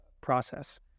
process